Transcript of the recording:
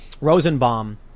Rosenbaum